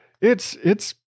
It's—it's